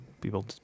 people